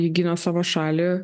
ji gina savo šalį